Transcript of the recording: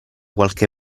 qualche